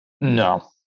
No